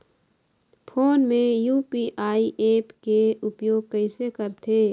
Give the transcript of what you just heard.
Phone मे UPI app के उपयोग कइसे करथे?